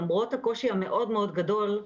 למרות הקושי המאוד מאוד גדול,